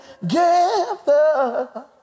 together